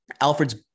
Alfred's